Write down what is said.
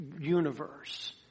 universe